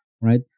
right